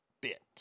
bit